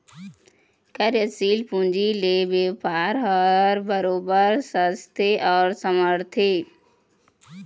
कार्यसील पूंजी ले बेपार ह बरोबर सजथे अउ संवरथे